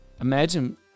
Imagine